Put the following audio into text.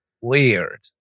Weird